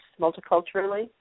multiculturally